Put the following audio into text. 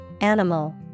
animal